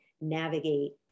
navigate